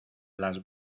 las